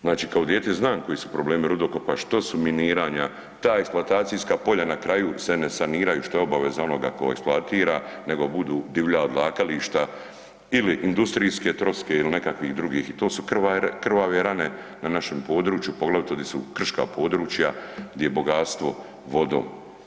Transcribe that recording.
Znači kao dijete znam koji su problemi rudokopa, što su miniranja, ta eksploatacijska polja na kraju se ne saniraju, što je obaveza onoga tko eksploatira, nego budu divlja odlagališta ili industrijske, troske ili nekakvih druga, to su krvave rane na našem području, poglavito gdje su krška područja, gdje je bogatstvo vodom.